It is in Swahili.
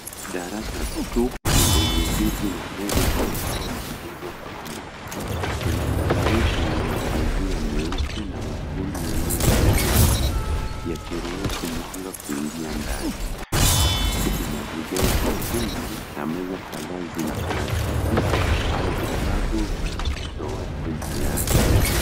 Darasa tupu lenye viti na meza za mbao zilizopangwa. Kuna madirisha yenye mapazia meupe na mekundu yaliyoachwa wazi yakiruhusu mwanga kuingia ndani. Sakafu ina vigae vyekundu na meza kadhaa zina karatasi au vitabu zilizowekwa juu yake.